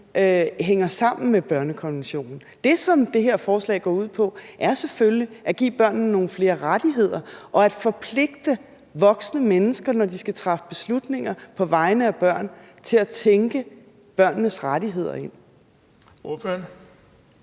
hænger sammen med børnekonventionen. Det, som det her forslag går ud på, er selvfølgelig at give børnene nogle flere rettigheder og at forpligte voksne mennesker, når de skal træffe beslutninger på vegne af børn, til at tænke børnenes rettigheder ind. Kl.